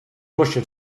russia